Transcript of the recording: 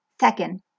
Second